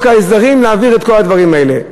ההסדרים להעביר את כל הדברים האלה.